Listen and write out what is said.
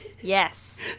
Yes